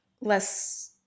less